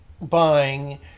buying